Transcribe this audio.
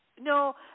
No